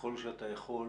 ככל שאתה יכול,